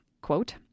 quote